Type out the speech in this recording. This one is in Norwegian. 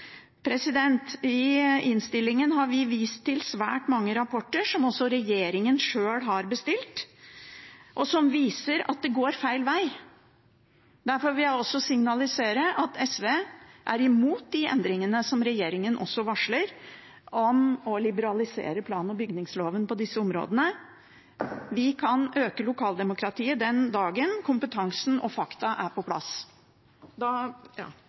I innstillingen har vi vist til svært mange rapporter som også regjeringen sjøl har bestilt, og som viser at det går feil vei. Derfor vil jeg signalisere at SV er imot de endringene som regjeringen varsler, om å liberalisere plan- og bygningsloven på disse områdene. Vi kan øke lokaldemokratiet den dagen kompetansen og fakta er på plass.